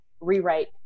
rewrite